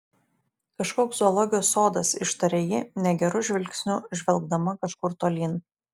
kažkoks zoologijos sodas ištarė ji negeru žvilgsniu žvelgdama kažkur tolyn